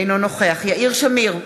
אינו נוכח יאיר שמיר,